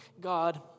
God